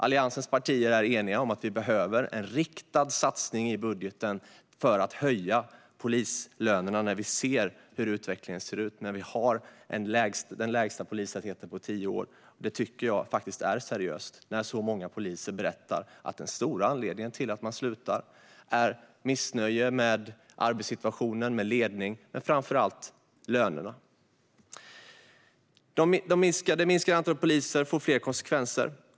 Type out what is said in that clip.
Alliansens partier är eniga om att vi behöver en riktad satsning i budgeten för att höja polislönerna när vi ser hur utvecklingen ser ut och när vi har den lägsta polistätheten på tio år. Det tycker jag är seriöst när så många poliser berättar att den stora anledningen till att de slutar är missnöje med arbetssituationen, med ledningen och, framför allt, med lönerna. Det minskade antalet poliser får fler konsekvenser.